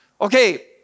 Okay